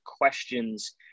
questions